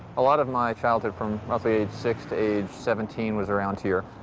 a lot of my childhood from roughly age six to age seventeen was around here.